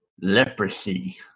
leprosy